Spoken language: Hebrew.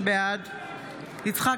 בעד יצחק